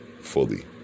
fully